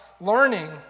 learning